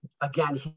again